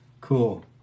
Cool